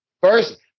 First